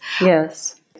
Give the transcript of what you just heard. yes